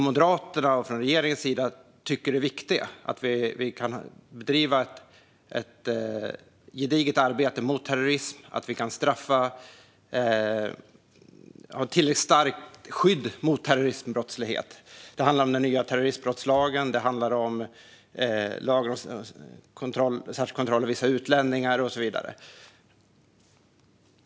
Moderaterna och regeringen tycker att dessa är viktiga för att vi ska kunna bedriva ett gediget arbete mot terrorism, straffa skyldiga och ha ett tillräckligt starkt skydd mot terroristbrottslighet. Det handlar om den nya terroristbrottslagen, lagar om särskild kontroll av vissa utlänningar och så vidare.